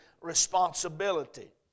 responsibility